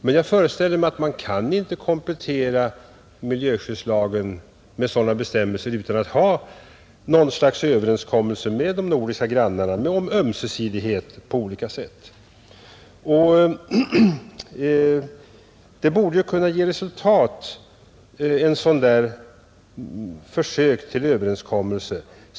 Men jag föreställer mig att man inte kan komplettera miljöskyddslagen med sådana bestämmelser utan att ha något slags överenskommelse med de nordiska grannarna om ömsesidighet på olika sätt. Ett sådant försök till överenskommelse borde ju kunna ge resultat.